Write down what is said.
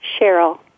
Cheryl